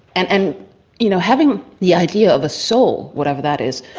and and you know having the idea of a soul, whatever that is,